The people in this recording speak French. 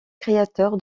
créateur